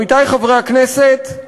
עמיתי חברי הכנסת,